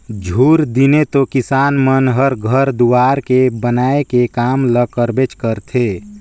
झूर दिने तो किसान मन हर घर दुवार के बनाए के काम ल करबेच करथे